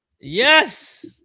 Yes